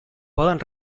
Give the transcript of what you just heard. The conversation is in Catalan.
poden